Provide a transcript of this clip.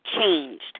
changed